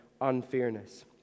unfairness